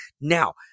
Now